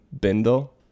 Bindle